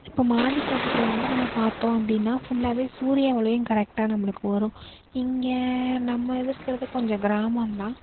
இப்போ மாடி தோட்டத்தில் வந்து நம்ம பார்த்தோம் அப்படின்னா ஃபுல்லாவே சூரிய ஒளியும் கரெக்டாக நம்மளுக்கு வரும் இங்கே நம்ம இதுர்க்கிறது கொஞ்சம் கிராமந்தான்